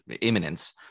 imminence